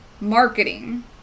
marketing